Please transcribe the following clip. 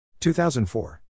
2004